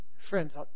Friends